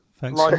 thanks